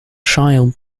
child